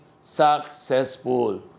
successful